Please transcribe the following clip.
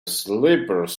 slippers